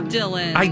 Dylan